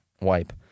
wipe